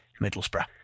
Middlesbrough